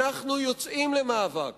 אנחנו יוצאים למאבק